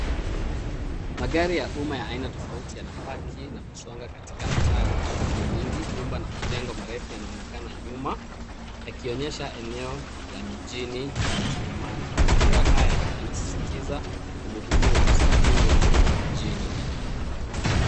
Magari ya umma ya aina tofauti yanapaki na kusonga katika mtaa wenye shughuli nyingi. Nyumba na majengo marefu yanaonekana nyuma, yakionyesha eneo la mijini lenye msongamano. Mazingira haya yanasisitiza umuhimu wa usafiri wa umma mijini.